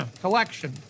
collection